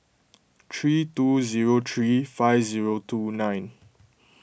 three two zero three five zero two nine